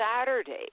Saturday